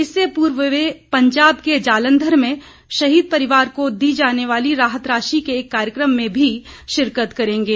इससे पूर्व वे पंजाब के जालंधर में शहीद परिवार को दी जाने वाली राहत राशि के एक कार्यक्रम में भी शिरकत करेंगे